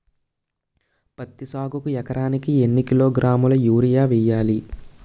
పత్తి సాగుకు ఎకరానికి ఎన్నికిలోగ్రాములా యూరియా వెయ్యాలి?